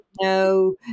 No